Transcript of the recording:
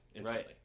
Right